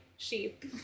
Sheep